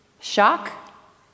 Shock